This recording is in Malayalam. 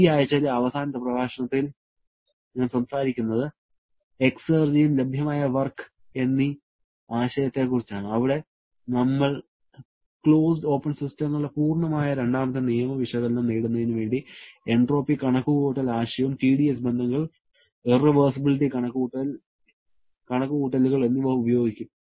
ഈ ആഴ്ചയിലെ അവസാന പ്രഭാഷണത്തിൽ ഞാൻ സംസാരിക്കുന്നത് എക്സ്ർജിയും ലഭ്യമായ വർക്ക് എന്നീ ആശയത്തെക്കുറിച്ചാണ് അവിടെ നമ്മൾ ക്ലോസ്ഡ് ഓപ്പൺ സിസ്റ്റങ്ങളുടെ പൂർണമായ രണ്ടാമത്തെ നിയമ വിശകലനം നേടുന്നതിന് വേണ്ടി എൻട്രോപ്പി കണക്കുകൂട്ടൽ ആശയവും TdS ബന്ധങ്ങൾ ഇറവെഴ്സിബിലിറ്റി കണക്കുകൂട്ടലുകൾ എന്നിവ ഉപയോഗിക്കും